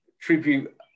tribute